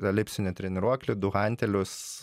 elipsinį treniruoklį du hantelius